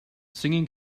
singing